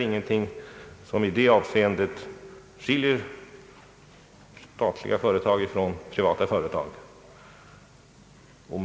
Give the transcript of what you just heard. Ingenting skiljer i detta avseende statliga företag från privata företag.